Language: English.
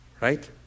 right